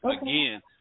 again